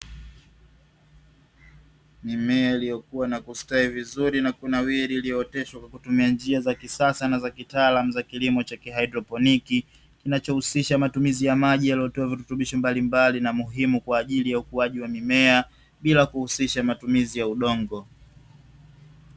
Mimea iliyokuwa na kustawi vizuri na kunawiri iliyooteshwa kwa kutumia njia za kisasa na za kitaalamu za kilimo cha haidroponi; kinachohusisha matumizi ya maji yaliyotiwa virutubisho mbalimbali na muhimu kwa ajili ya ukuaji wa mimea bila kuhusisha matumizi ya udongo.